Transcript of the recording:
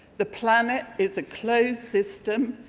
the planet is a closed system,